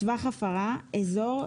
"טווח הפרה" אזור,